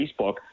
Facebook